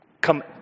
come